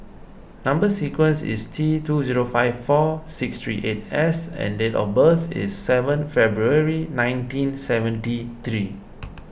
Number Sequence is T two zero five four six three eight S and date of birth is seven February nineteen seventy three